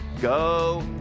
Go